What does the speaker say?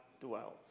dwells